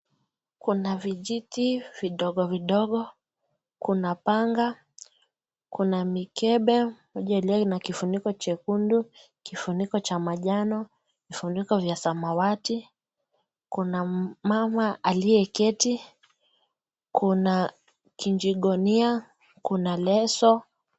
Kuna vijiti vidogo vitigo Kuna panga Kuna mikepe na kifuniko chekundu kifuniko cha machano kifuniko ya samawadi Kuna mama alieye kati Kuna kijigunia Kuna leso.